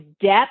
depth